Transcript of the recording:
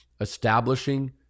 establishing